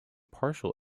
partial